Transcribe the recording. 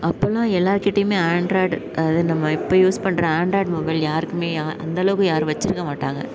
அப்போலாம் எல்லார்கிட்டயுமே ஆண்ட்ராய்ட் அது நம்ம இப்போ யூஸ் பண்ணுற ஆண்ட்ராய்ட் மொபைல் யாருக்குமே அந்த அளவுக்கு யாரும் வச்சுருக்க மாட்டாங்க